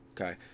Okay